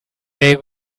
they